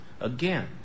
Again